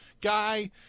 guy